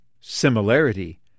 similarity